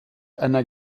einer